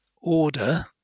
order